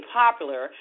popular